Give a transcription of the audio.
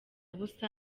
busa